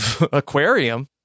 aquarium